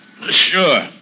Sure